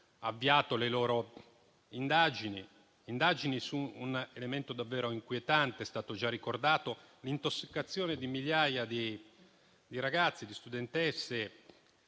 avviato le loro indagini su un elemento davvero inquietante, com'è stato già ricordato: l'intossicazione di migliaia di ragazzi e di studentesse,